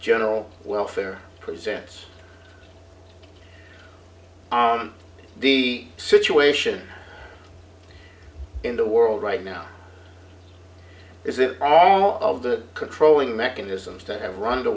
general welfare presents the situation in the world right now is if all of the controlling mechanisms to end run the